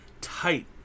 tight